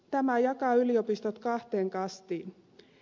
tämä jakaa yliopistot kahteen kastiin